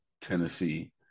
Tennessee